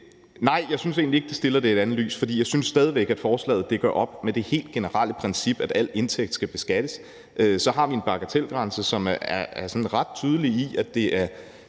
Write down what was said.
Nej, jeg synes egentlig ikke, det stiller det i et andet lys, for jeg synes stadig væk, at forslaget gør op med det helt generelle princip om, at al indtægt skal beskattes. Så har vi en bagatelgrænse, som er sådan ret tydelig, i forhold